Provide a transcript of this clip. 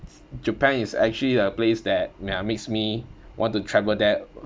japan is actually a place that ya makes me want to travel there